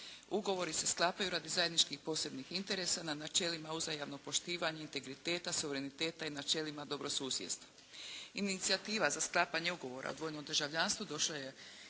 Ugovori se sklapaju radi zajedničkih posebnih interesa na načelima uzajamnog poštivanja, integriteta, suvereniteta i načelima dobrosusjedstva. Inicijativa za sklapanje ugovora o dvojnom državljanstvu došla je